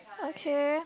okay